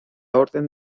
orden